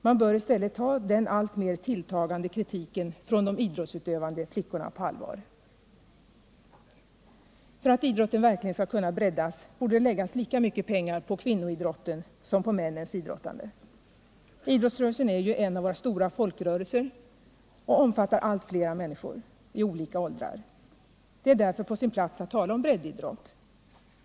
Man bör ta den alltmer tilltagande kritiken från de idrottsutövande flickorna på allvar. För att idrotten verkligen skall kunna breddas borde det läggas lika mycket pengar på kvinnoidrotten som på männens idrottande. Idrottsrörelsen är ju en av våra stora folkrörelser och omfattar allt flera människor i olika åldrar. Det är därför på sin plats att tala om breddidrott.